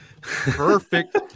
Perfect